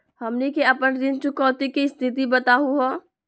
हमनी के अपन ऋण चुकौती के स्थिति बताहु हो?